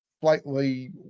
slightly